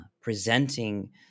presenting